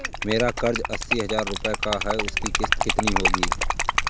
मेरा कर्ज अस्सी हज़ार रुपये का है उसकी किश्त कितनी होगी?